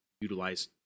utilize